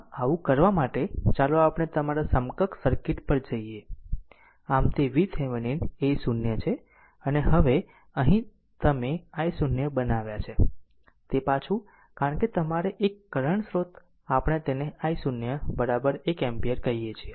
આમ આવું કરવા માટે ચાલો આપણે તમારા સમકક્ષ સર્કિટ પર જઈએ આમ તે VThevenin એ 0 છે અને હવે અહીં તમે i0 બનાવ્યા છે તે પાછું કારણ કે તમારો એક કરંટ સ્રોત આપણે તેને i0 1 એમ્પીયર કહીએ છીએ